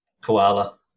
Koala